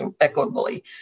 equitably